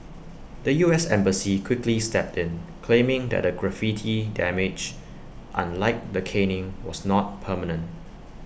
the U S embassy quickly stepped in claiming that the graffiti damage unlike the caning was not permanent